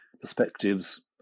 perspectives